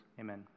Amen